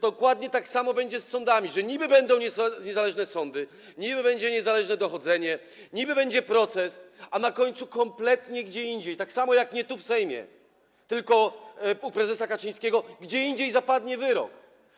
Dokładnie tak samo będzie z sądami, że niby będą niezależne sądy, niby będzie niezależne dochodzenie, niby będzie proces, a na końcu kompletnie gdzie indziej, tak samo jak nie tu w Sejmie, tylko u prezesa Kaczyńskiego, gdzie indziej zapadnie wyrok.